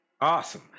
Awesome